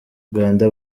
uganda